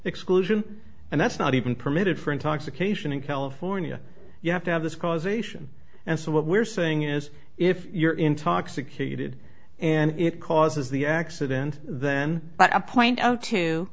exclusion and that's not even permitted for intoxication in california you have to have this causation and so what we're saying is if you're intoxicated and it causes the accident then i point out to